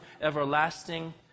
everlasting